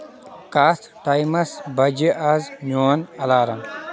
کتھ ٹایمس بَجہِ آز میون الارام ؟